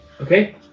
Okay